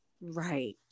right